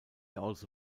also